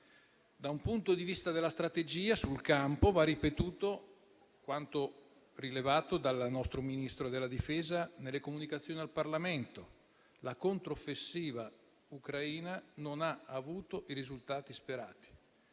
Da un punto di vista della strategia sul campo, va ripetuto quanto rilevato dal nostro Ministro della difesa nelle comunicazioni al Parlamento: la controffensiva ucraina non ha avuto i risultati sperati